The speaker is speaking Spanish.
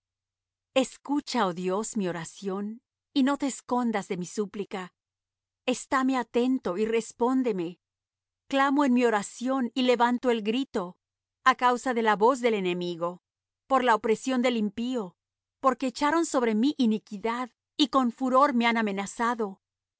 escucha oh dios mi oración y no te escondas de mi súplica estáme atento y respóndeme clamo en mi oración y levanto el grito a causa de la voz del enemigo por la opresión del impío porque echaron sobre mí iniquidad y con furor me han amenazado